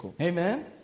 Amen